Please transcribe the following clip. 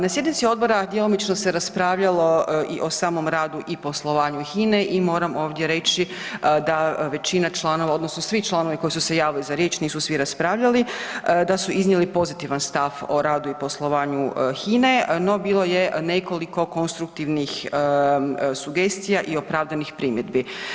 Na sjednici odbora djelomično se raspravljalo i o samom radu i poslovanju HINA-e i moram ovdje reći da većina članova, odnosno svi članovi koji su se javili za riječ, nisu svi raspravljali da su iznijeli pozitivan stav o radu i poslovanju HINA-e, no bilo je nekoliko konstruktivnih sugestija i opravdanih primjedbi.